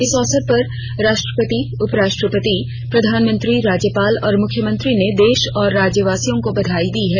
इस अवसर पर राष्ट्रपति उपराष्ट्रपति प्रधानमंत्री राज्यपाल और मुख्यमंत्री ने देश और राज्य वासियों को बधाई दी है